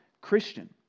Christian